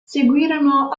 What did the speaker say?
seguirono